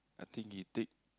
I think he take